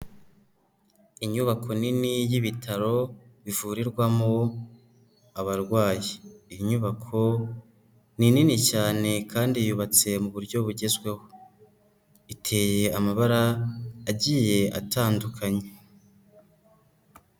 Inyubako nini y'ibitaro bivurirwamo abarwayi. Inyubako ni nini cyane kandi yubatse mu buryo bugezweho, iteye amabara agiye atandukanye.